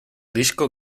disco